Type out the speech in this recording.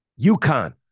UConn